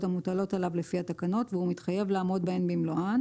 המוטלות עליו לפי התקנות והוא מתחייב לעמוד בהן במלואן